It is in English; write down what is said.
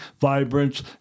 vibrance